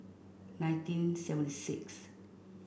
nineteen seventy sixth